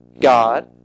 God